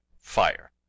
fire